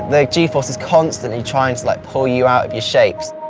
the g-force is constantly trying to like pull you out of your shapes.